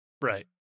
Right